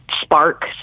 spark